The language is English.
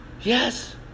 yes